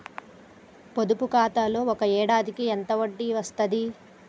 పొదుపు ఖాతాలో ఒక ఏడాదికి ఎంత వడ్డీ వస్తది?